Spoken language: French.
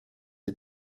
est